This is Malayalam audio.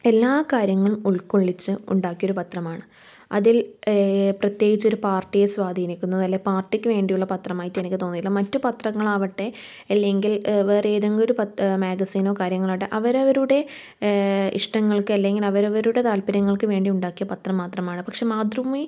എല്ലാ കാര്യങ്ങളും ഉൾക്കൊള്ളിച്ച് ഉണ്ടാക്കിയ ഒരു പത്രമാണ് അതിൽ പ്രത്യേകിച്ചൊരു പാർട്ടിയെ സ്വാധീനിക്കുന്നു അല്ലെങ്കിൽ പാർട്ടിക്ക് വേണ്ടിയുള്ള പത്രമായിട്ട് എനിക്ക് തോന്നിയിട്ടില്ല മറ്റ് പത്രങ്ങളാവട്ടെ അല്ലെങ്കിൽ വേറെയേതെങ്കിലും ഒരു മാഗസീനോ കാര്യങ്ങളോ ആവട്ടെ അവരവരുടെ ഇഷ്ടങ്ങൾക്ക് അല്ലെങ്കിൽ അവരവരുടെ താല്പര്യങ്ങൾക്ക് വേണ്ടി ഉണ്ടാക്കിയ പത്രം മാത്രമാണ് പക്ഷെ മാതൃഭൂമി